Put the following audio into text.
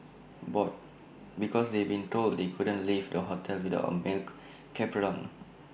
bored because they'd been told they couldn't leave the hotel without A male chaperone